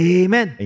amen